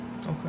okay